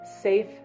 safe